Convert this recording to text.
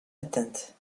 atteinte